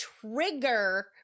trigger